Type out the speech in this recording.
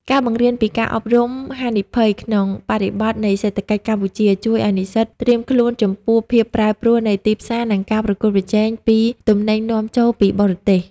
ការបង្រៀនពី "ការគ្រប់គ្រងហានិភ័យ" ក្នុងបរិបទនៃសេដ្ឋកិច្ចកម្ពុជា ជួយឱ្យនិស្សិតត្រៀមខ្លួនចំពោះភាពប្រែប្រួលនៃទីផ្សារ និងការប្រកួតប្រជែងពីទំនិញនាំចូលពីបរទេស។